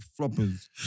floppers